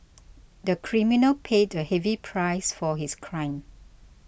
the criminal paid a heavy price for his crime